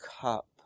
cup